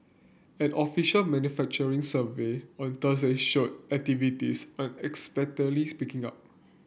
an official manufacturing survey on Thursday showed activities unexpectedly picking up